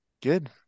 Good